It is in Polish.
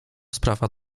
sprawa